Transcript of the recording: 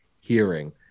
hearing